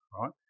right